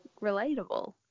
relatable